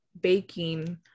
baking